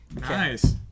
Nice